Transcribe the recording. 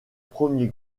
premier